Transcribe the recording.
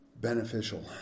beneficial